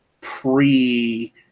pre